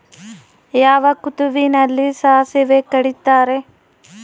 ಯಾವ ಋತುವಿನಲ್ಲಿ ಸಾಸಿವೆ ಕಡಿತಾರೆ?